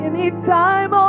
anytime